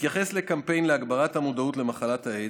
בהתייחס לקמפיין להגברת המודעות למחלת האיידס,